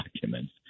documents